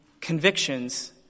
convictions